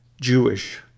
Jewish